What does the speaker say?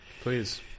Please